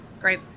great